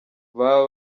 baba